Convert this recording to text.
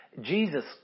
Jesus